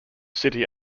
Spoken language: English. city